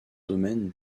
domaine